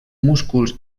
músculs